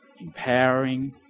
empowering